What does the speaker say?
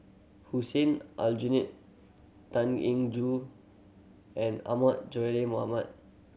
Hussein Aljunied Tan Eng Joo and Ahmad Mohamad